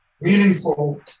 meaningful